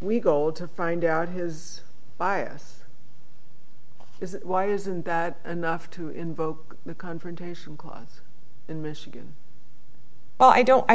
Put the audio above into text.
we go to find out his bias is why isn't that enough to invoke the confrontation clause in michigan but i don't i